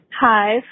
Hi